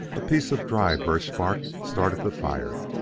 a piece of dry birch bark started the fire,